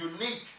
unique